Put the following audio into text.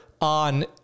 on